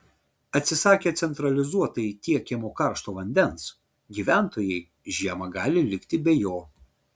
atsisakę centralizuotai tiekiamo karšto vandens gyventojai žiemą gali likti be jo